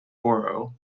borough